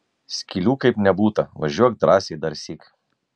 skylių kaip nebūta važiuok drąsiai darsyk